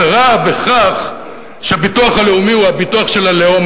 והכרה בכך שהביטוח הלאומי הוא הביטוח של הלאום,